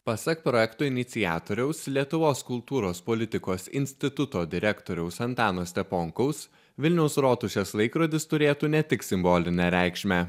pasak projekto iniciatoriaus lietuvos kultūros politikos instituto direktoriaus antano steponkaus vilniaus rotušės laikrodis turėtų ne tik simbolinę reikšmę